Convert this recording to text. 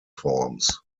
forms